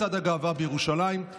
במצעד הגאווה בירושלים,